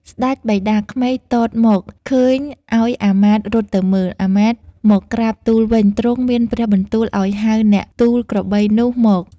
ស្តេចបិតាក្មេកទតមក ឃើញអោយអាមាត្យរត់ទៅមើល អាមាត្យមកក្រាបទូលវិញ ទ្រង់មានព្រះបន្ទូលអោយ ហៅអ្នកទូលក្របីនោះមក